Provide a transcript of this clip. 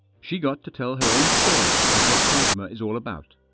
she got to tell her own story of what charisma is all about.